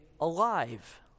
alive